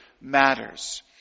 matters